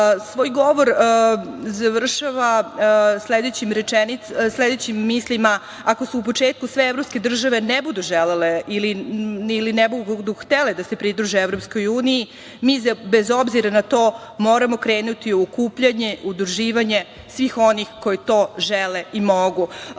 sada. Svoj govor završava sledećim mislima: „Ako u početku sve evropske države ne budu želele ili ne budu htele da se pridruže EU, mi bez obzira na to moramo krenuti u okupljanje, u udruživanje svih onih koji to žele i